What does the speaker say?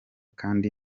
kandi